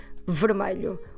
vermelho